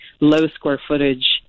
low-square-footage